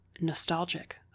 nostalgic